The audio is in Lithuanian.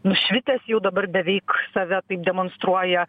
nušvitęs jau dabar beveik save demonstruoja